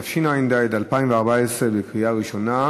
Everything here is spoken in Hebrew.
התשע"ד 2014. קריאה ראשונה.